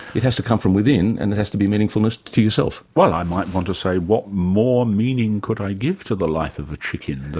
it has to come from within and it has to be meaningfulness to yourself. well i might want to say what more meaning could i give to the life of a chicken than